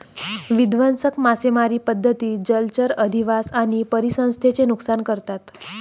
विध्वंसक मासेमारी पद्धती जलचर अधिवास आणि परिसंस्थेचे नुकसान करतात